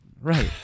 Right